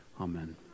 Amen